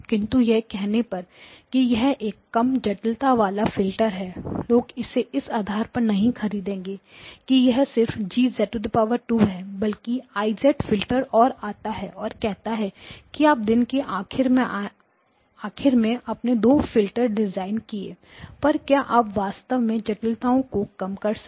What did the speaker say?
किंतु यह कहने पर कि यह एक कम जटिलता वाला फिल्टर है लोग इसे इस आधार पर नहीं खरीदेंगे कि यह सिर्फ G है बल्कि I फिल्टर और आता है और कहेंगे कि आप दिन के आखिर में आपने दो फिल्टर डिजाइन किए पर क्या आप वास्तव में जटिलताओं को कम कर सके